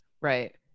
right